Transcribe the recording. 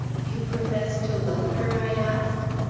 you profess to love her? i asked.